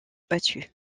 battu